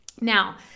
Now